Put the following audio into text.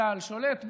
צה"ל שולט בו,